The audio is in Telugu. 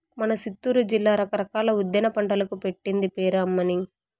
మన సిత్తూరు జిల్లా రకరకాల ఉద్యాన పంటలకు పెట్టింది పేరు అమ్మన్నీ